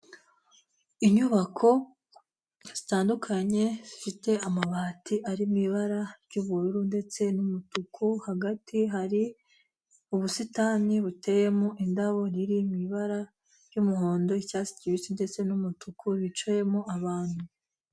Inyubako zitandukanye, zifite amabati ari mu ibara ry'ubururu ndetse n'umutuku, hagati hari ubusitani buteyemo indabo, riri mu ibara ry'umuhondo, icyatsi kibisi, ndetse n'umutuku, bicayemo abantu.